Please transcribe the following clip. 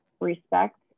respect